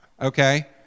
Okay